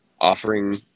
offering